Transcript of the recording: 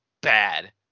bad